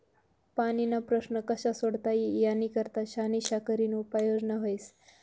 पाणीना प्रश्न कशा सोडता ई यानी करता शानिशा करीन उपाय योजना व्हस